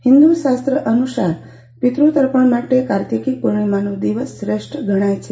હિંદુ શાસ્ત્ર અનુસાર પિતૃતર્પણ માટે કાર્તિકી પૂર્ણિમાનો દિવસ શ્રેષ્ઠ ગણાય છે